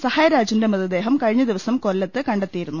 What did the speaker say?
സഹായരാജ്ന്റെ മൃതദേഹം കഴിഞ്ഞദിവസം കൊല്ലത്ത് കണ്ടെത്തിയിരുന്നു